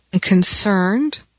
concerned